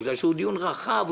בגלל שהוא דיון רחב,